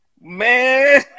man